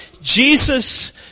Jesus